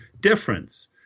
difference